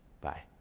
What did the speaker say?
Bye